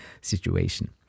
situation